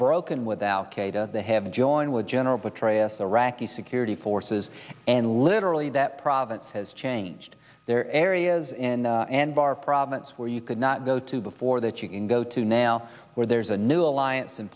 broken without keda they have joined with general petraeus iraqi security forces and literally that province has changed their he is in anbar province where you could not go to before that you can go to now where there's a new alliance in